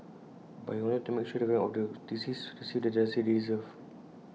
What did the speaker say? but he wanted to make sure the family of the deceased received the justice they deserved